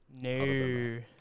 No